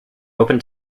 open